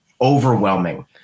overwhelming